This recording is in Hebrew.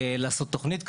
לעשות תוכנית כזאת.